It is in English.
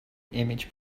image